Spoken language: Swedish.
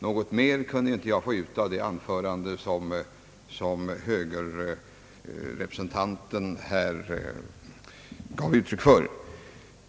Så mycket mer kunde jag inte få ut av det anförande som =:högerrepresentanten höll.